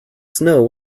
snow